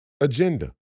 agenda